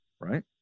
right